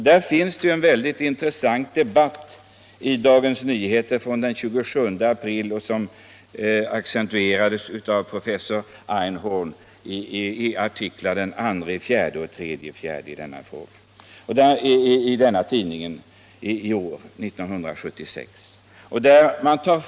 Det finns en mycket intressant artikel i Dagens Nyheter av den 27 april i år, vilken ansluter till artiklar av professor Jerzy Einhorn i samma tidning den 2 och 3 april.